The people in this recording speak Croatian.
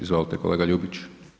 Izvolite kolega Ljubić.